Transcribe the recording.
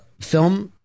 film